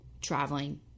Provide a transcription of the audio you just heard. traveling